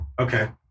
Okay